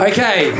Okay